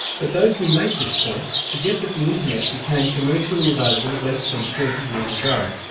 but those who make this point forget that the internet became commercially available less than thirty years ago.